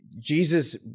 Jesus